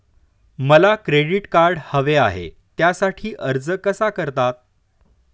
मला credit card हवे आहे त्यासाठी अर्ज कसा करतात?